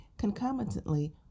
concomitantly